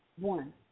one